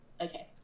okay